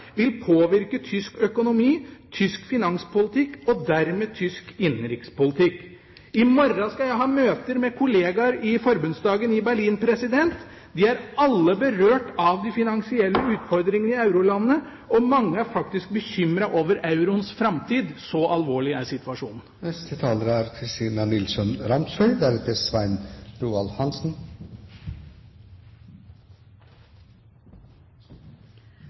vil påvirke tysk økonomi, tysk finanspolitikk og dermed tysk innenrikspolitikk. I morgen skal jeg ha møter med kollegaer i Forbundsdagen i Berlin. De er alle berørt av de finansielle utfordringene i eurolandene, og mange er faktisk bekymret over euroens framtid. Så alvorlig er situasjonen.